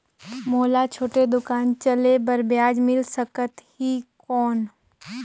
मोला छोटे दुकान चले बर ब्याज मिल सकत ही कौन?